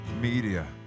media